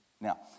Now